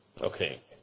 Okay